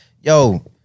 yo